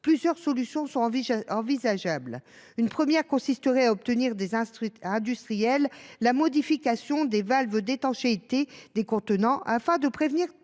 Plusieurs solutions sont envisageables. Une première consisterait à obtenir des industriels la modification des valves d’étanchéité des contenants afin de prévenir